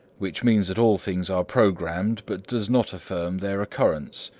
which means that all things are programmed, but does not affirm their occurrence,